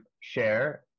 share